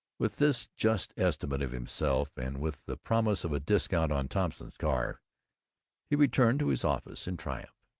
with this just estimate of himself and with the promise of a discount on thompson's car he returned to his office in triumph.